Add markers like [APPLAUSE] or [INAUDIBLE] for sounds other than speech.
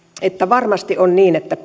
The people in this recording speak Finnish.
että varmasti on niin että [UNINTELLIGIBLE]